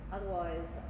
Otherwise